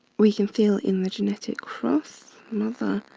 we can fill in the genetic cross. mother,